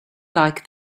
like